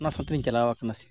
ᱚᱱᱟ ᱥᱟᱶᱛᱤᱧ ᱪᱟᱞᱟᱣ ᱠᱟᱱᱟ ᱥᱮ